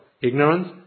Ignorance